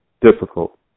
difficult